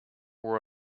were